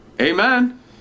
Amen